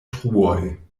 truoj